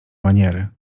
maniery